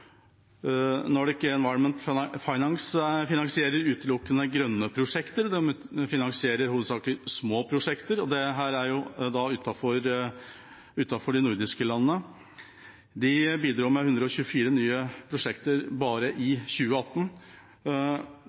Finance finansierer utelukkende grønne prosjekter, hovedsakelig små prosjekter, utenfor de nordiske landene. De bidro med 124 nye prosjekter bare i 2018.